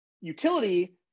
utility